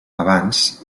abans